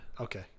Okay